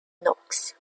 notes